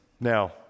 Now